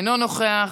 אינו נוכח,